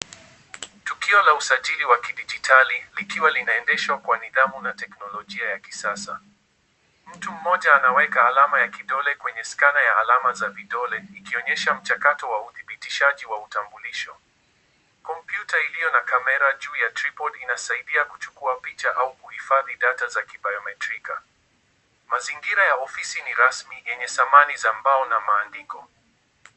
Tukio la usajili wa kidijitali likiwa linaendeshwa kwa nidhamu na teknolojia ya kisasa. Mtu mmoja anaweka alama ya kidole kwenye skana ya alama za vidole ikionyesha mchakato wa uthibitishaji wa utambulisho. Kompyuta iliyo na kamera juu ya tripod inasaidia kuchukua picha na kuhifadhi data za kibiometrika. Mazingira ya ofisi ni rasmi yenye samani za mbao na maandiko.